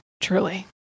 Truly